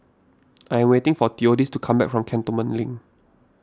I am waiting for theodis to come back from Cantonment Link